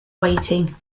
waiting